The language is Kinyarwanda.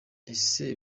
ese